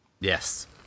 Yes